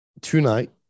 tonight